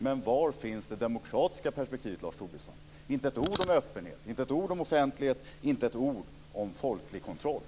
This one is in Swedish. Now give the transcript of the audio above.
Men var finns det demokratiska perspektivet, Lars Tobisson? Det var inte ett ord om öppenhet, inte ett ord om offentlighet och inte ett ord om folklig kontroll.